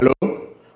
Hello